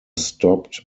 stopped